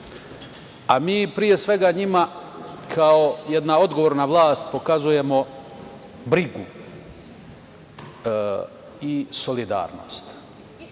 Mi pre svega njima, kao jedna odgovorna vlast pokazujemo brigu i solidarnost. Opet